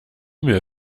mail